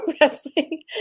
wrestling